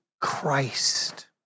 Christ